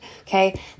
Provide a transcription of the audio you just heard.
Okay